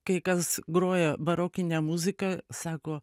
kai kas groja barokinę muziką sako